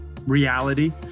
reality